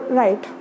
right